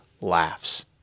laughs